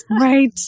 Right